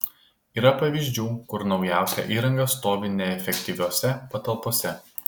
yra pavyzdžių kur naujausia įranga stovi neefektyviose patalpose